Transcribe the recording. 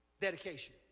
dedication